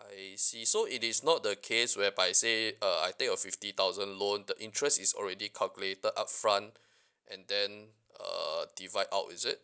I see so it is not the case whereby say uh I take a fifty thousand loan the interest is already calculated upfront and then uh divide out is it